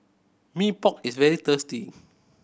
Mee Pok is very tasty